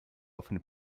often